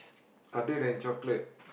other than chocolate